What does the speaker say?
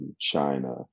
China